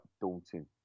daunting